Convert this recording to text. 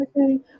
Okay